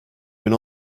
bin